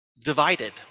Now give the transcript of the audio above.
divided